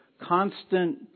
constant